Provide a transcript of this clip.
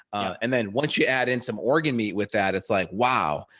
and then once you add in some organ meat with that, it's like wow.